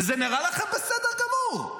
זה נראה לכם בסדר גמור.